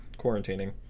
quarantining